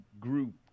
group